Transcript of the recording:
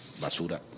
basura